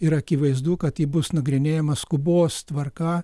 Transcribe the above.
ir akivaizdu kad ji bus nagrinėjama skubos tvarka